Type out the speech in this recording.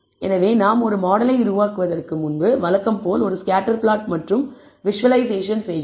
எனவே நாம் ஒரு மாடலை உருவாக்குவதற்கு முன்பு வழக்கம் போல் ஒரு ஸ்கேட்டர் பிளாட் மற்றும் விஷுவலைசேஷன் செய்கிறோம்